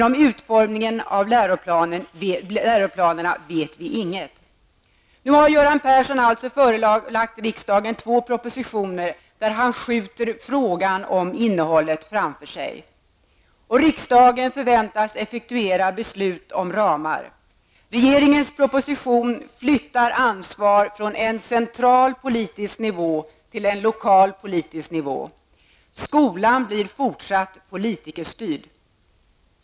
Om utformningen av läroplanerna vet vi dock ingenting. Nu har Göran Persson förelagt riksdagen två propositioner där han skjuter frågan om innehållet framför sig. Riksdagen förväntas effektuera beslut om ramar. Regeringens proposition flyttar ansvar från en central politisk nivå till en lokal politisk nivå. Skolan blir fortsatt politikerstyrd.